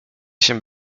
się